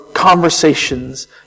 conversations